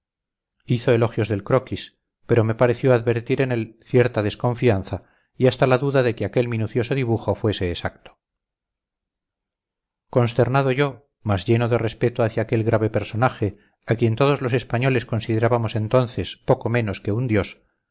hizo elogios del croquis pero me pareció advertir en él cierta desconfianza y hasta la duda de que aquel minucioso dibujo fuese exacto consternado yo mas lleno de respeto hacia aquel grave personaje a quien todos los españoles considerábamos entonces poco menos que un dios